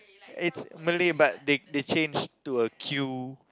it's Malay but they they change to a Q